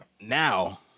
Now